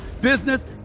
business